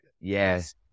Yes